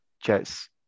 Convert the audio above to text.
Jets